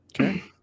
Okay